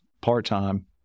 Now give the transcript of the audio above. part-time